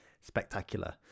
spectacular